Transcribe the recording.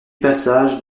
passage